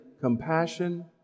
compassion